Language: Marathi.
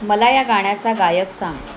मला या गाण्याचा गायक सांग